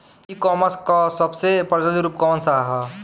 ई कॉमर्स क सबसे प्रचलित रूप कवन सा ह?